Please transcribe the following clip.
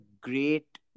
great